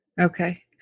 Okay